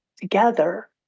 together